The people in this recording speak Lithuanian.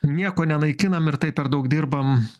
nieko nenaikinam ir taip per daug dirbam